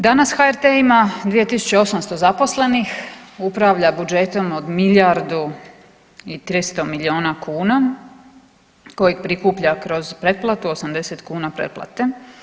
Danas HRT ima 2800 zaposlenih, upravlja budžetom od milijardu i 300 miliona kuna koje prikuplja kroz pretplatu, 80 kuna pretplate.